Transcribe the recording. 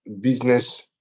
business